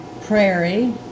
prairie